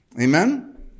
Amen